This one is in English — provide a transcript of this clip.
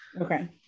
Okay